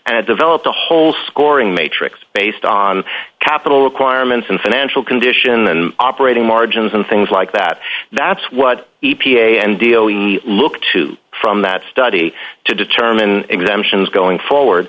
and develop a whole scoring matrix based on capital requirements and financial condition operating margins and things like that that's what e p a and deal we looked to from that study to determine exemptions going forward